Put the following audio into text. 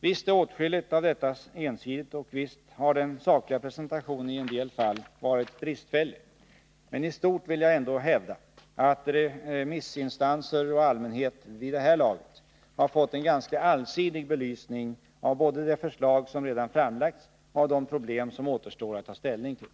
Visst är åtskilligt av detta ensidigt och visst har den sakliga presentationen i en del fall varit bristfällig, men i stort vill jag ändå hävda att remissinstanser och allmänhet vid det här laget har fått en ganska allsidig belysning av både det förslag som redan framlagts och de problem som återstår att ta ställning till.